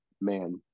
Man